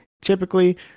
Typically